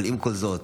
אבל עם כל זאת,